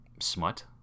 smut